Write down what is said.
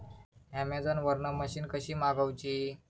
Amazon वरन machine कशी मागवची?